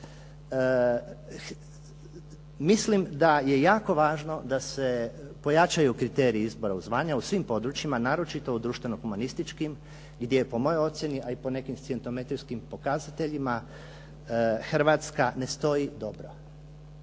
mislim da je jako važno da se pojačaju kriteriji izbora zvanja u svim područjima, naročito u društveno humanističkim gdje je po mojoj ocjeni a i po nekim …/Govornik se ne razumije./… pokazateljima Hrvatska ne stoji dobro.